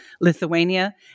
Lithuania